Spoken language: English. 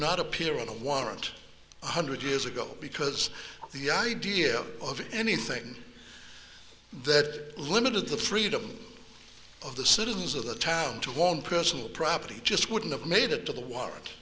not appear on a warrant one hundred years ago because the idea of anything that limited the freedom of the citizens of the town to long personal property just wouldn't have made it to the water